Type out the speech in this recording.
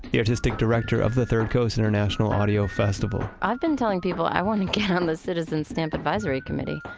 the artistic director of the third coast international audio festival i've been telling people i want to get on the citizen stamp advisory committee.